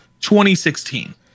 2016